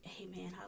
Amen